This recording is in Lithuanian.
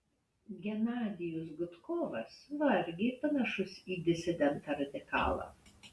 genadijus gudkovas vargiai panašus į disidentą radikalą